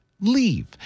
Leave